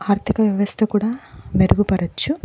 ఆర్థిక వ్యవస్థ కూడా మెరుగుపరచ్చు